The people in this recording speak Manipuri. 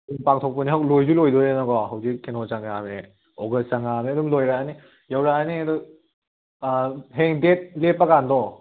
ꯄꯥꯡꯊꯣꯛꯄꯅꯦ ꯍꯧꯖꯤꯛ ꯂꯣꯏꯁꯨ ꯂꯣꯏꯗꯧꯔꯦꯅꯀꯣ ꯍꯧꯖꯤꯛ ꯀꯩꯅꯣ ꯆꯪꯉꯛꯑꯃꯦ ꯑꯣꯒꯁ ꯆꯪꯉꯛꯑꯃꯦ ꯑꯗꯨꯝ ꯂꯣꯏꯔꯛꯑꯅꯤ ꯌꯧꯔꯛꯑꯅꯤ ꯑꯗꯣ ꯍꯌꯦꯡ ꯗꯦꯠ ꯂꯦꯞꯄ ꯀꯥꯟꯗꯣ